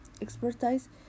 expertise